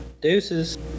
deuces